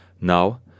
Now